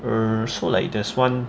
mm so like there's one